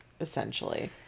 essentially